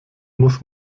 muss